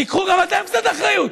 תיקחו גם אתם קצת אחריות.